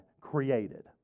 created